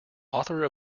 author